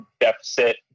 deficit